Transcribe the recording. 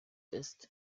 ist